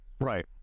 right